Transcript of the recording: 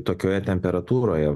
tokioje temperatūroje